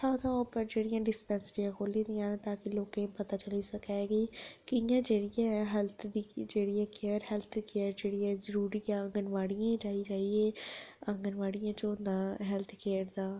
थां थां उप्पर जेह्ड़ियां डिस्पैंसरियां खोह्ल्ली दियां न ताकि लोकें ईं पता चली सकै कि कि' यां केयर दा